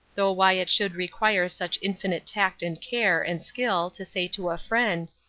though why it should require such infinite tact and care and skill to say to a friend,